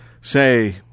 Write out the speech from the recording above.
say